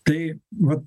tai vat